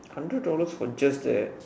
hundred dollar for just that